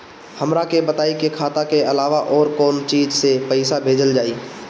हमरा के बताई की खाता के अलावा और कौन चीज से पइसा भेजल जाई?